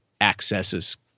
accesses